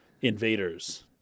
invaders